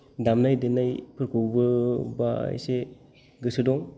दामनाय देनायफोरखौबो बा इसे गोसो दं